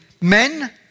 men